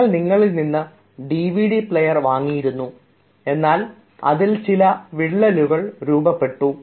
ഞങ്ങൾ നിങ്ങളിൽ നിന്ന് ഡിവിഡി പ്ലെയറുകൾ വാങ്ങിയിരുന്നു അതിൽ ചില വിള്ളലുകൾ രൂപപ്പെട്ടു